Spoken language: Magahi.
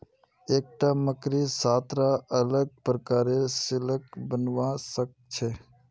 एकता मकड़ी सात रा अलग प्रकारेर सिल्क बनव्वा स ख छ